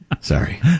Sorry